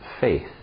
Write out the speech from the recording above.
faith